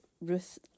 Ruth